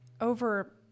over